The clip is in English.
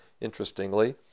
interestingly